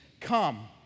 Come